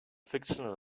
fictional